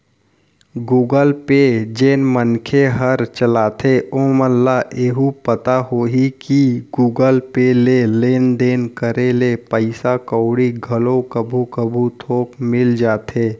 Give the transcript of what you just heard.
Google Pay जेन मनखे हर चलाथे ओमन ल एहू पता होही कि गुगल पे ले लेन देन करे ले पइसा कउड़ी घलो कभू कभू थोक मिल जाथे